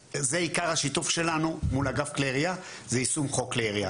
ועיקר השיתוף שלנו מול אגף כלי ירייה זה יישום חוק כלי ירייה.